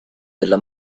della